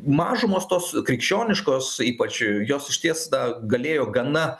mažumos tos krikščioniškos ypač jos išties na galėjo gana